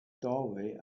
doorway